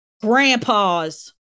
Grandpas